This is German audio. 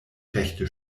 rechte